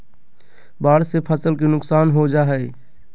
बाढ़ से फसल के नुकसान हो जा हइ